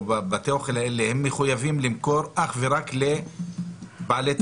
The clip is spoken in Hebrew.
בתי האוכל האלה הם מחויבים למכור אך ורק לבעלי תו ירוק.